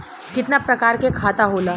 कितना प्रकार के खाता होला?